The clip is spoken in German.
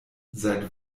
seit